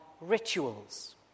rituals